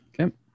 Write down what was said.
Okay